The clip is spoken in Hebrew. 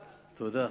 תודה.